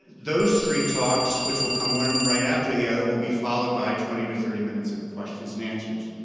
those three talks, which will come one and right after the other, will be followed by twenty to thirty minutes of questions and answers.